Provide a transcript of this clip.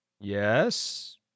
Yes